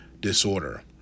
disorder